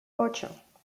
ocho